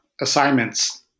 assignments